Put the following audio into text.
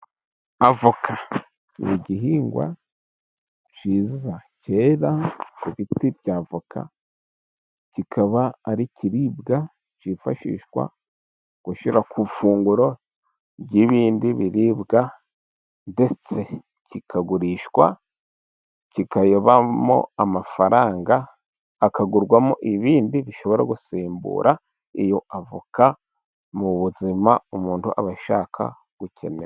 Avoka ni gihingwa cyiza cyera ku biti bya avoka, kikaba ari ikiribwa cyifashishwa gushyira ku ifunguro ry'ibindi biribwa, ndetse kikagurishwa kikayobamo amafaranga, akagurwamo ibindi bishobora gusimbura iyo avoka, mu buzima umuntu aba ashaka gukenera.